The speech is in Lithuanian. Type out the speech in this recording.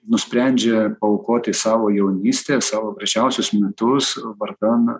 nusprendžia paaukoti savo jaunystę savo gražiausius metus vardan